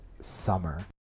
Summer